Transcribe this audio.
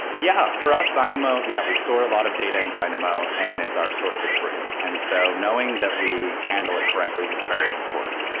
yeah. for us, dynamo yeah, we store a lot of data in dynamo and it's our source of truth, and so knowing that we handle it correctly was very important.